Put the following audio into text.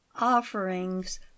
offerings